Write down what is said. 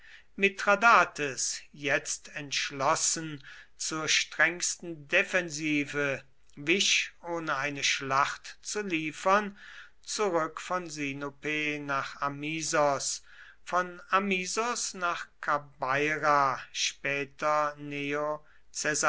mithradates jetzt entschlossen zur strengsten defensive wich ohne eine schlacht zu liefern zurück von sinope nach amisos von amisos nach kabeira später